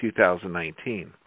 2019